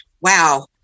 wow